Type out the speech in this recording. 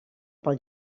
pel